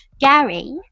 Gary